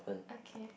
okay